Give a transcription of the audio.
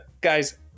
guys